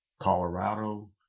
Colorado